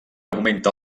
augmenta